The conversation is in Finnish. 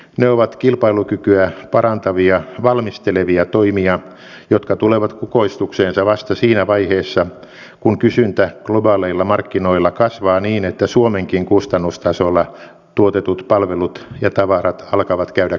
ne ovat kilpailukykyä parantavia valmistelevia toimia jotka tulevat kukoistukseensa vasta siinä vaiheessa kun kysyntä globaaleilla markkinoilla kasvaa niin että suomenkin kustannustasolla tuotetut palvelut ja tavarat alkavat käydä kaupaksi